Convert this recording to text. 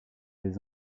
les